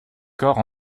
corps